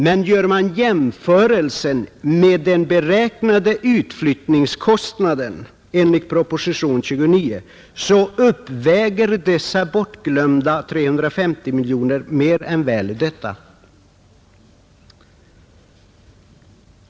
Men jämför man med den beräknade utflyttningskostnaden enligt propositionen 29, så uppväger dessa bortglömda 350 miljoner mer än väl denna kostnad.